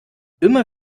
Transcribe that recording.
immer